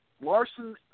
Larson